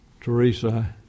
Teresa